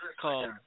Called